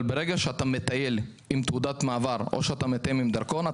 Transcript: אבל ברגע שאתה מטייל עם תעודת מעבר או שאתה מטייל עם דרכון,